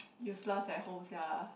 useless at home sia